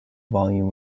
volume